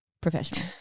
Professional